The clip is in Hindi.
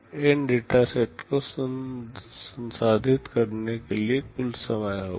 यह N डेटा सेट को संसाधित करने के लिए कुल समय होगा